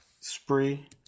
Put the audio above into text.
spree